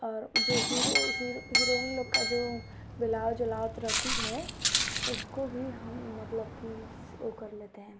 और जो hero heroine लोग का जो बेलाउज ओलाउज रहती है उसको भी हम मतलब कि ओ कर लेते हैं